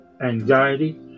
anxiety